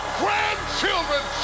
grandchildren